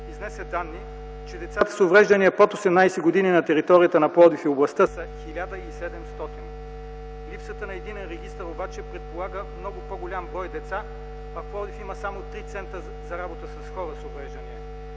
изнесе данни, че децата с увреждания под 18-годишна възраст на територията на Пловдив и областта са 1700. Липсата на единия регистър обаче предполага много по-голям брой деца. В Пловдив има само три центъра за работа с хора с увреждания.